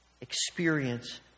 experience